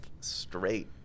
straight